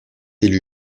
élu